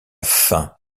faim